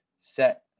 set